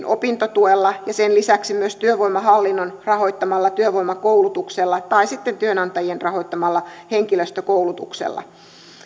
opintotuella ja sen lisäksi myös työvoimahallinnon rahoittamalla työvoimakoulutuksella tai sitten työnantajien rahoittamalla henkilöstökoulutuksella